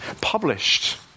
published